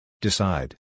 Decide